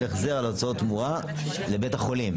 החזר על הוצאות --- לבית החולים.